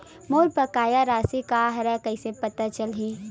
मोर बकाया राशि का हरय कइसे पता चलहि?